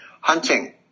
hunting